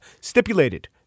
stipulated